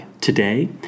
today